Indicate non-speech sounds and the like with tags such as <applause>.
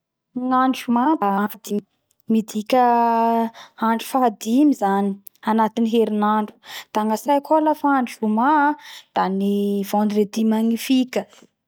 Gnandro zoma da andro fahadimy amy herinandro da gnatsaiko ao lafa andro zoma da ny <unintelligible> vendredi magnifique